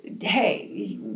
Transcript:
hey